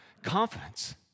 Confidence